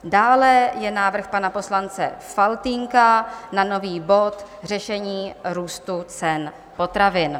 Dále je návrh pana poslance Faltýnka na nový bod Řešení růstu ceny potravin.